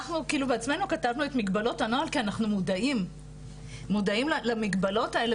אנחנו בעצמנו כתבנו את מגבלות הנוהל כי אנחנו מודעים למגבלות האלה